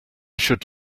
should